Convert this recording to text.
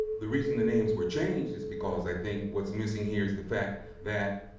the reason the names were changed is because, i think, what's missing here is the fact that,